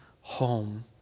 home